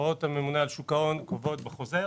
הוראות הממונה על שוק ההון קובעות חוזר